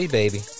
baby